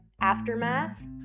Aftermath